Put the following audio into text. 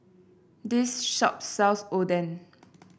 this shop sells Oden